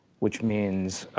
which means,